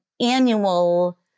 annual